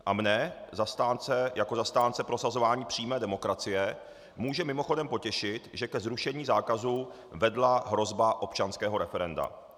A mě jako zastánce prosazování přímé demokracie může mimochodem potěšit, že ke zrušení zákazu vedla hrozba občanského referenda.